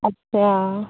अच्छा